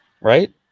Right